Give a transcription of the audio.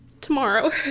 tomorrow